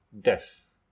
death